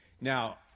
Now